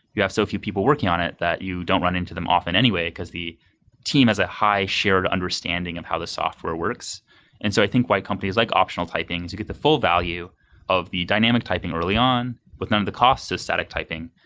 you have so few people working on it that you don't run into them often anyway, because the team has a high-shared understanding of how the software works and so i think why companies like optional typing get the full value of the dynamic typing early on, but not the costs of static typing.